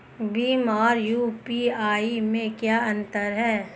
भीम और यू.पी.आई में क्या अंतर है?